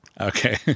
Okay